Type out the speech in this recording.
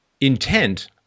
intent